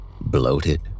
Bloated